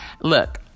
look